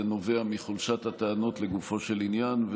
זה נובע מחולשת הטענות לגופו של עניין,